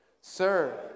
Sir